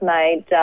made